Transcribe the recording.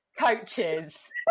coaches